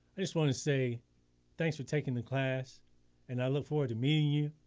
i just want to say thanks for taking the class and i look forward to meeting you,